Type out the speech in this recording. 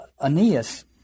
Aeneas